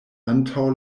antaŭ